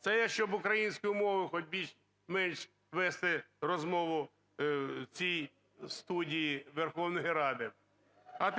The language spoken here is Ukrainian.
Це я щоб українською мовою хоч більш-менш вести розмову в цій студії Верховної Ради. А